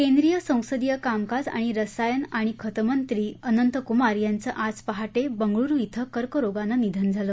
केंद्रीय संसदीय कामकाज आणि रसायन आणि खतमंत्री अनंतकुमार यांचं आज पहाटे बेंगरुळु िवं कर्करोगानं निधन झालं